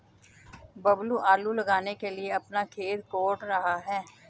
बबलू आलू लगाने के लिए अपना खेत कोड़ रहा है